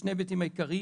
בשני ההיבטים העיקריים,